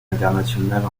internationale